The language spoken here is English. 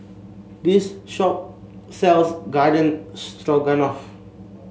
this shop sells Garden Stroganoff